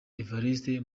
evariste